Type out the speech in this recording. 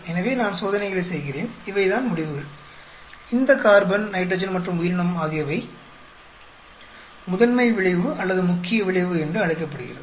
எனவே நான் சோதனைகளை செய்கிறேன் இவைதான் முடிவுகள் இந்த கார்பன் நைட்ரஜன் மற்றும் உயிரினம் ஆகியவை முதன்மை விளைவு அல்லது முக்கிய விளைவு என்று அழைக்கப்படுகிறது